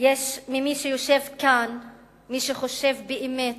ממי שיושב כאן יש מי שחושב באמת